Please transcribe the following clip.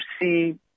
see